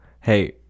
Hey